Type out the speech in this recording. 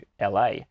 LA